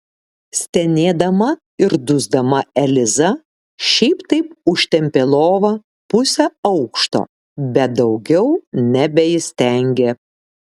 stenėdama ir dusdama eliza šiaip taip užtempė lovą pusę aukšto bet daugiau nebeįstengė